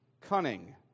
cunning